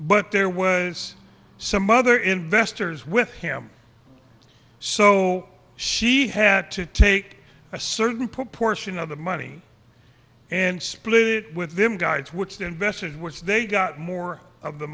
but there was some other investors with him so she had to take a certain proportion of the money and split with them guides which the investors which they got more of the